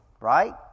Right